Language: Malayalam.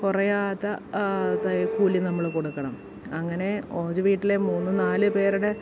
കുറയാത്ത കൂലി നമ്മൾ കൊടുക്കണം അങ്ങനെ ഒരു വീട്ടിലെ മൂന്നു നാലു പേരുടെ